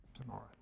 tomorrow